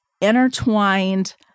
intertwined